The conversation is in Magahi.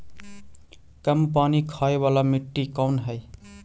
कम पानी खाय वाला मिट्टी कौन हइ?